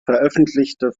veröffentlichte